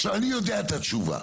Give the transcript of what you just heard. עכשיו, אני יודע את התשובה.